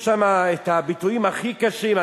כתובים שם הביטויים הכי קשים,